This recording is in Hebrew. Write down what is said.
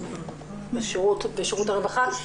מיוחדת במשרד הרווחה.